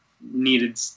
needed